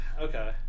Okay